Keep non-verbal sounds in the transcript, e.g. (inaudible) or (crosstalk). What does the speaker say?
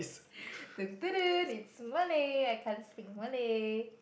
(breath) it's Malay I can't speak Malay